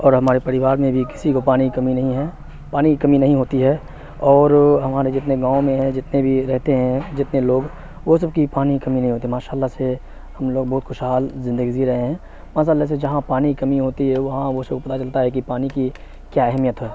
اور ہمارے پریوار میں بھی کسی کو پانی کمی نہیں ہے پانی کمی نہیں ہوتی ہے اور ہمارے جتنے گاؤں میں ہیں جتنے بھی رہتے ہیں جتنے لوگ وہ سب کی پانی کمی نہیں ہوتی ہے ماشاء اللہ سے ہم لوگ بہت خوش حال زندگی جی رہے ہیں ماشاء اللہ سے جہاں پانی کمی ہوتی ہے وہاں وہ سب کو پتہ چلتا ہے کہ پانی کی کیا اہمیت ہے